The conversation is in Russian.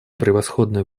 превосходное